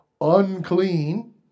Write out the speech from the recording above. unclean